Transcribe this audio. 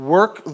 Work